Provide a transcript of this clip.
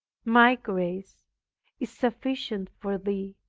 my grace is sufficient for thee,